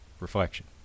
reflection